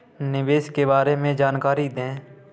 निवेश के बारे में जानकारी दें?